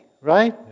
right